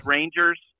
Rangers